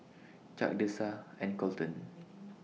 Chuck Dessa and Kolten